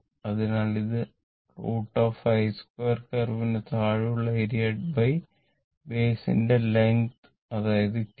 അതിനാൽ ഇത് √I2 curve ന് താഴെ ഉള്ള ഏരിയബൈസ് ന്റെ ലെങ്ത് അതായത് T2